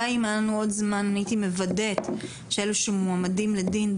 אם היה לנו עוד זמן הייתי מוודאת שאלה שמועמדים לדין,